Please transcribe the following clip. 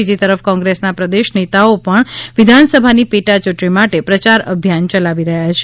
બીજી તરફ કોંગ્રેસનાં પ્રદેશ નેતાઓ પણ વિધાનસભાની પેટા ચૂંટણી માટે પ્રચાર અભિયાન ચલાવી રહ્યા છે